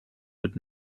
would